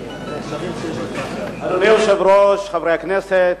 אדוני היושב-ראש, חברי הכנסת,